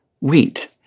wheat